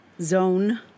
zone